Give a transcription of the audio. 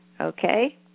Okay